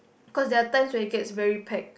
cause there are times where it gets very packed